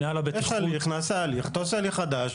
יש הליך, נעשה הליך, אתה עושה לי חדש.